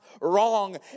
Wrong